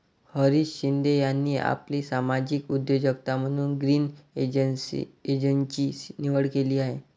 हरीश शिंदे यांनी आपली सामाजिक उद्योजकता म्हणून ग्रीन एनर्जीची निवड केली आहे